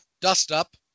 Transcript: dust-up